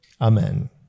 Amen